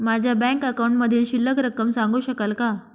माझ्या बँक अकाउंटमधील शिल्लक रक्कम सांगू शकाल का?